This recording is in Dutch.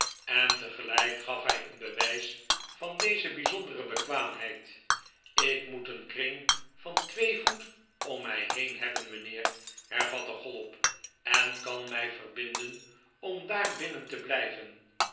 en tegelijk gaf hij een bewijs van deze bijzondere bekwaamheid ik moet een kring van twee voet om mij heen hebben mijnheer hervatte chollop en kan mij verbinden om daar binnen te blijven